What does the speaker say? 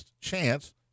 chance